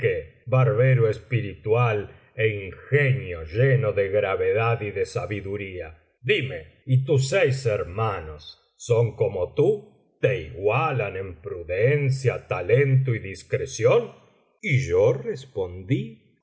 barbero espiritual é ingenio lleno de gravedad y de sabiduría dime y tus seis hermanos son como tú te igualan en prudencia talento y discreción y yo respondí